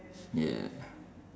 yeah